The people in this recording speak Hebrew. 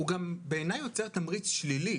הוא גם בעיניי יוצר תמריץ שלילי,